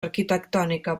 arquitectònica